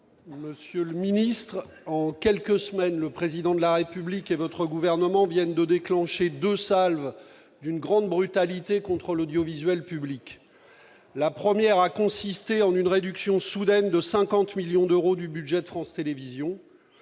et écologiste. En quelques semaines, le Président de la République et le Gouvernement viennent de déclencher deux salves d'une grande brutalité contre l'audiovisuel public. La première a consisté en une réduction soudaine de 50 millions d'euros du budget de France Télévisions,